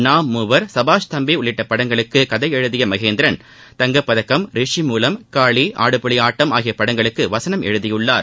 நாம் மூவர் சபாஷ் தம்பி உள்ளிட்ட படங்களுக்கு கதை எழுதிய மகேந்திரன் தங்கப் பதக்கம் ரிஷிமூலம் காளி ஆடுபுலி ஆட்டம் ஆகிய படங்களுக்கு வசனம் எழுதியுள்ளார்